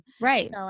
Right